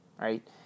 right